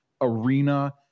arena